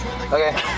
Okay